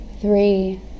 three